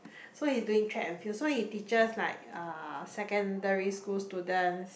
so he's doing track and field so he teaches like uh secondary school students